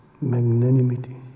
magnanimity